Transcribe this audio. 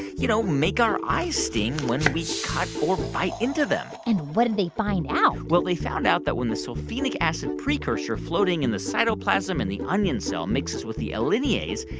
you know, make our eyes sting when we cut or bite into them and what did they find out? well, they found out that when the sulfenic acid precursor floating in the cytoplasm in the onion cell mixes with the alliinase,